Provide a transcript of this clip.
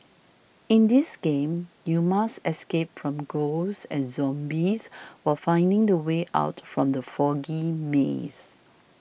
in this game you must escape from ghosts and zombies while finding the way out from the foggy maze